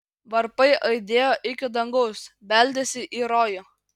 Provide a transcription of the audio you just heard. varpai aidėjo iki dangaus beldėsi į rojų